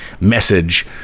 message